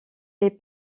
les